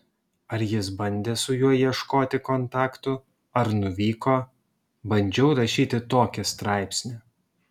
ar jis bandė su juo ieškoti kontaktų ar nuvyko bandžiau rašyti tokį straipsnį